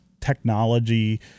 technology